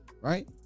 Right